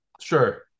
Sure